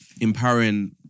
empowering